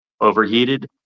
overheated